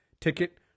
ticket